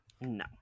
No